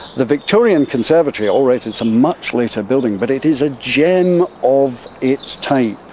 the victorian conservatory, all right, it's a much later building, but it is a gem of its time.